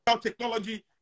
technology